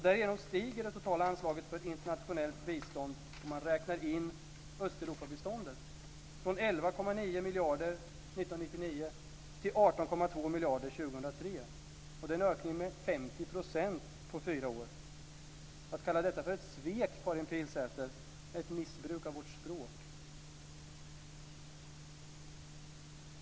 Därigenom stiger det totala anslaget för internationellt bistånd, om man räknar in Östeuropabiståndet, från 11,9 miljarder kronor 1999 till 18,2 miljarder kronor 2003. Det är en ökning med 50 % på fyra år. Att kalla detta för ett svek, Karin Pilsäter, är ett missbruk av vårt språk.